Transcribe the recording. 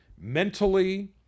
mentally